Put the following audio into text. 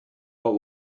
what